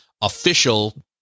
official